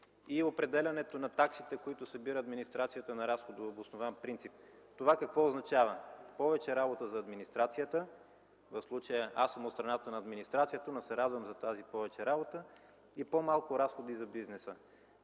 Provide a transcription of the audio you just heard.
и определянето на таксите, които събира администрацията на разходообоснован принцип. Това какво означава? Повече работа за администрацията – в случая, аз съм от страната на администрацията, но се радвам за тази повече работа, и по-малко разходи за бизнеса,